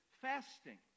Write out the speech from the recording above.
fasting